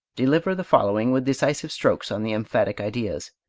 deliver the following with decisive strokes on the emphatic ideas.